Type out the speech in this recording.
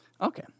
Okay